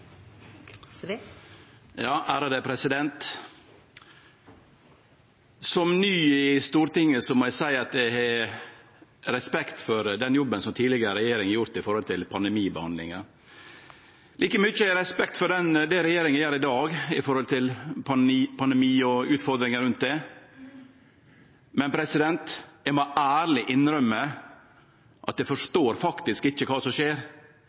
Som ny i Stortinget må eg seie at eg har respekt for den jobben som tidlegare regjering har gjort med omsyn til behandlinga av pandemien. Like mykje har eg respekt for det regjeringa gjer i dag med omsyn til pandemien og utfordringar rundt det. Men eg må ærleg innrømme at eg faktisk ikkje forstår kva som skjer,